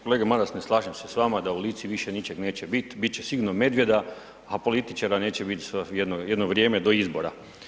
Kolega Maras, ne slažem se s vama da u Lici više ničeg neće biti, biti će sigurno medvjeda, a političara neće biti jedno vrijeme do izbora.